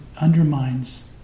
undermines